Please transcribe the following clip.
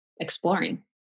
exploring